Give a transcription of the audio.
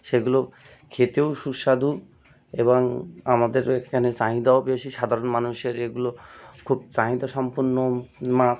সেগুলো খেতেও সুস্বাদু এবং আমাদের এখানে চাহিদাও বেশি সাধারণ মানুষের এগুলো খুব চাহিদা সম্পন্ন মাছ